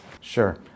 Sure